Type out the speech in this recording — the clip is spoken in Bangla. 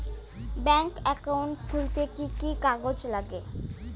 ব্যাঙ্ক একাউন্ট খুলতে কি কি কাগজ লাগে?